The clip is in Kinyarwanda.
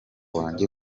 wanjye